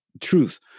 truth